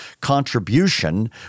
contribution